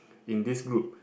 in this group